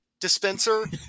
dispenser